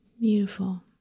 Beautiful